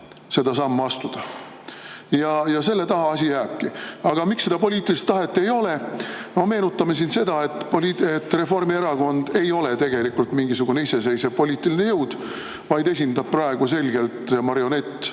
seda sammu astuda. Selle taha asi jääbki. Aga miks seda poliitilist tahet ei ole? Meenutame siin seda, et Reformierakond ei ole tegelikult mingisugune iseseisev poliitiline jõud, vaid esindab praegu selgelt marionettvalitsust